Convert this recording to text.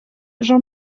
jean